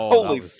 Holy